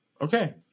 Okay